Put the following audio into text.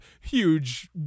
huge